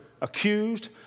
accused